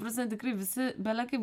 ta prasme tikrai visi bele kaip